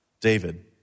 David